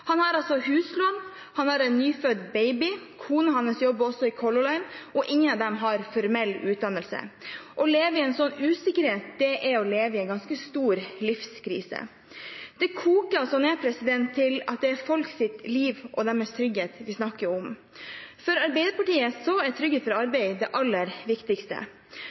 Han har huslån, han har en nyfødt baby, kona hans jobber også i Color Line, og ingen av dem har formell utdannelse. Å leve i en sånn usikkerhet er å leve i en ganske stor livskrise. Det koker altså ned til at det er folks liv og trygghet vi snakker om. For Arbeiderpartiet er trygghet for arbeid det aller viktigste.